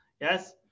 Yes